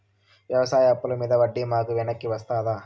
వ్యవసాయ అప్పుల మీద వడ్డీ మాకు వెనక్కి వస్తదా?